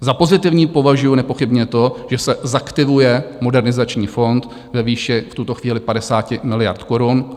Za pozitivní považuji nepochybně to, že se zaktivuje Modernizační fond ve výši v tuto chvíli 50 miliard korun.